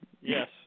Yes